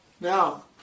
Now